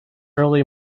early